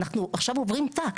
אנחנו עכשיו עוברים טאקט,